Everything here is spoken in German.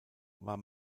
war